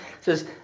says